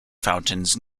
fountains